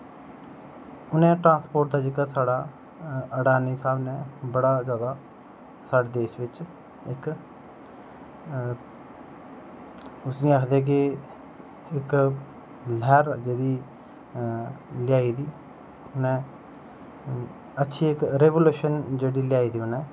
उनें ट्रांसपोर्ट दा जेह्का साढ़ा अड़ानी साह्ब नै बड़ा जादा जेह्का साढ़े देश बिच इक्क अ उसी आक्खदे की इक्क लैह्र जेह्ड़ी लेई आए दी ते इक्क अच्छी रेव्ल्यूलेशन लेई आई दी इनें